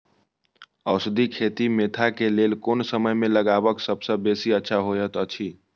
औषधि खेती मेंथा के लेल कोन समय में लगवाक सबसँ बेसी अच्छा होयत अछि?